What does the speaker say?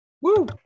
Woo